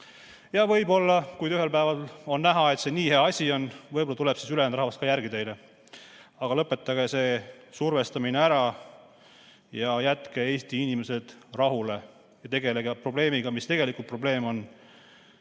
Võib-olla, kui ühel päeval on näha, et see nii hea asi on, siis tuleb ülejäänud rahvas teile järele. Lõpetage see survestamine ära ja jätke Eesti inimesed rahule! Tegelege probleemiga, mis tegelikult probleem on.